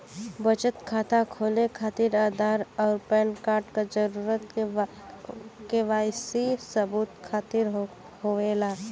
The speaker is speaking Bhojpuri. बचत खाता खोले खातिर आधार और पैनकार्ड क जरूरत के वाइ सी सबूत खातिर होवेला